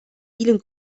vielen